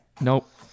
Nope